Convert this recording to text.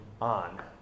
on